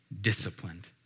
disciplined